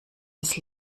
des